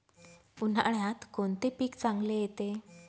उन्हाळ्यात कोणते पीक चांगले येते?